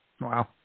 Wow